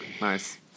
nice